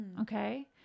okay